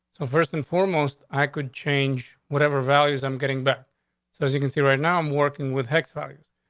so, first and foremost, i could change whatever values i'm getting back so as you can see right now i'm working with hex values.